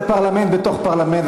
זה פרלמנט בתוך פרלמנט,